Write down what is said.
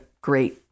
great